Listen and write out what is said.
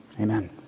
Amen